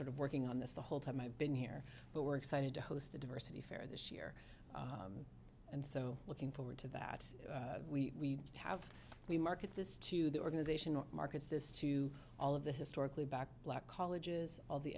sort of working on this the whole time i've been here but we're excited to host the diversity fair this year and so looking forward to that we have we market this to the organization or markets this to all of the historically back black colleges all the